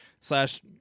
slash